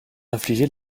infliger